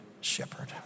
shepherd